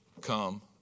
come